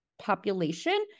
population